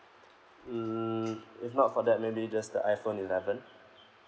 mm if not for that maybe just the iphone eleven